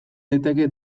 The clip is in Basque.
daiteke